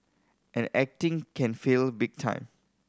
and acting can fail big time